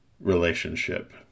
relationship